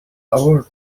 award